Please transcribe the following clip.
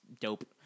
dope